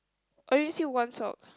I only see one sock